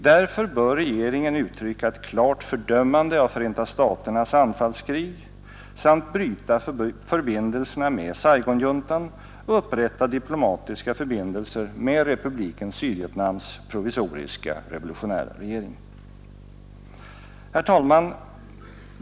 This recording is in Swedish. Därför bör regeringen uttrycka ett klart fördömande av Förenta staternas anfallskrig samt bryta förbindelserna med Saigonjuntan och upprätta diplomatiska förbindelser med Republiken Sydvietnams provisoriska revolutionära regering. Herr talman!